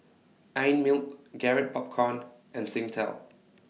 Einmilk Garrett Popcorn and Singtel